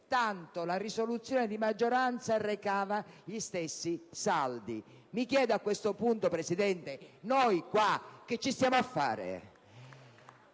tanto la risoluzione di maggioranza recava gli stessi saldi. Mi chiedo, a questo punto, Presidente: noi qua che ci stiamo a fare?